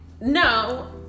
No